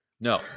No